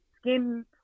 skin